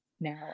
now